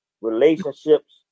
relationships